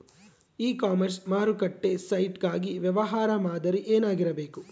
E commerce ಮಾರುಕಟ್ಟೆ site ಗಾಗಿ ವ್ಯವಹಾರ ಮಾದರಿ ಏನಾಗಿರಬೇಕು?